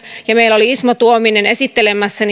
ja meillä oli ismo tuominen esittelemässä